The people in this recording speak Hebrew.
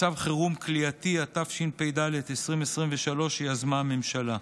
(מצב חירום כליאתי), התשפ"ד 2023, שיזמה הממשלה.